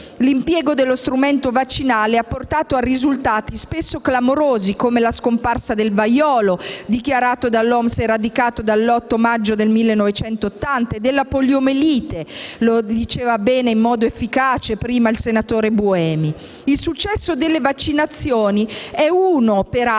L'impiego dello strumento vaccinale ha portato a risultati spesso clamorosi come la scomparsa del vaiolo, dichiarato dall'OMS eradicato dall'8 maggio 1980 e della poliomelite, come diceva in modo efficace il senatore Buemi. Peraltro, il successo delle vaccinazioni è